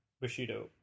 Bushido